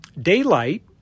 daylight